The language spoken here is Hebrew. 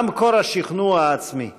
מה מקור השכנוע העצמי,